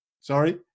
Sorry